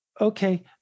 Okay